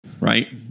right